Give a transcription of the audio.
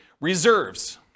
reserves